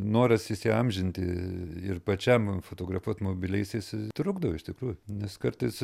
noras įsiamžinti ir pačiam fotografuot mobiliaisiais trukdo iš tikrųjų nes kartais